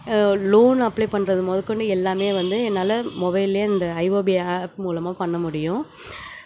loan apply பண்ணுறது முதக்கொண்டு எல்லாமே வந்து என்னால் மொபைல்லையே இந்த ஐஓபி ஆப் மூலமாக பண்ண முடியும்